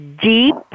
deep